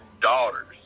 daughters